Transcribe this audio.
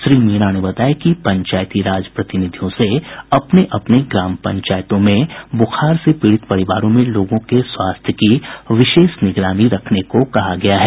श्री मीणा ने बताया कि पंचायती राज प्रतिनिधियों से अपने अपने ग्राम पंचायतों में बुखार से पीडित परिवारों में लोगों के स्वास्थ्य की विशेष निगरानी रखने को कहा गया है